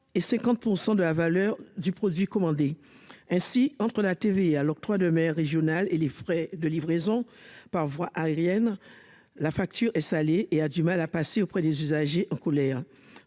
et 50 % de la valeur du produit commandé ainsi entre la TVA, l'octroi de mer régional et les frais de livraison par voie aérienne, la facture est salée et a du mal à passer auprès des usagers en colère,